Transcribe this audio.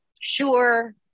sure